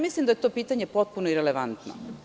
Mislim da je to pitanje potpuno relevantno.